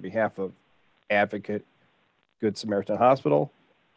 behalf of advocate good samaritan hospital